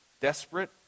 desperate